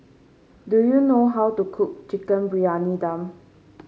do you know how to cook Chicken Briyani Dum